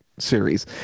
series